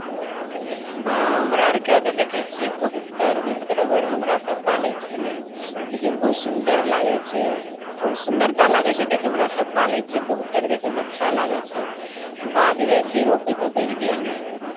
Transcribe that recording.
बा हमरा आरकेँ तऽ देखै छियै कबूतर भी मतलब घरमे हमरा सभ पालै छियै ने देखयमे बहुत सुन्दर लागै छै बहुत सुन्दरता लागै छै देखयमे हमरा सभ पालै छियै कबूतर देखयमे अच्छा लागै छै बाध जाइ छियै रोपय तोपयके लिए ने